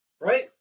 right